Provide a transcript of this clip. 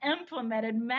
implemented